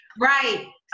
Right